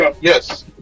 yes